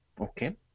Okay